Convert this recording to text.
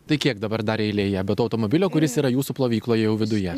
tai kiek dabar dar eilėje be to automobilio kuris yra jūsų plovykloje jau viduje